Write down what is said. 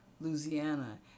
Louisiana